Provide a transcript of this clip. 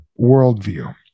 worldview